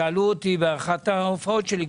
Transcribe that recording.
שאלו אותי באחת ההופעות שלי,